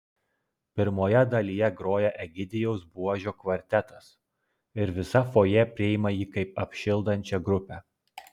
pirmoje dalyje groja egidijaus buožio kvartetas ir visa fojė priima jį kaip apšildančią grupę